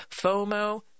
FOMO